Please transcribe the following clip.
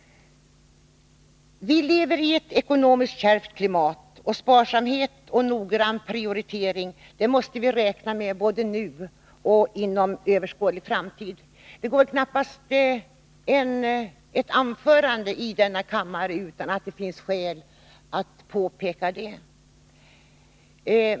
Vi lever i ett ekonomiskt kärvt klimat. Sparsamhet och noggrann prioritering är sådant som vi måste räkna med nu och inom överskådlig framtid. Det hålls knappast ett anförande i denna kammare utan att detta påpekas.